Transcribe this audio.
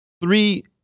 three